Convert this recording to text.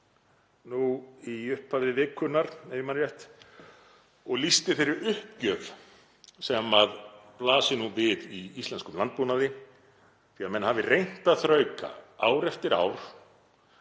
nú í upphafi vikunnar, ef ég man rétt, og lýsti þeirri uppgjöf sem blasir við í íslenskum landbúnaði, því að menn hafi reynt að þrauka ár eftir ár